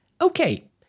Okay